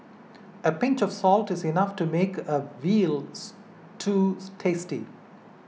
a pinch of salt is enough to make a Veal Stew tasty